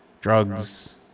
drugs